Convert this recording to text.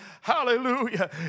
Hallelujah